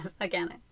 again